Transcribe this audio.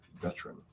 veteran